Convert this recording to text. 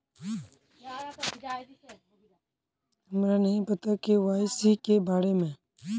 हमरा नहीं पता के.वाई.सी के बारे में?